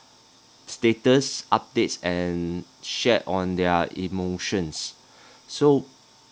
status updates and shared on their emotions so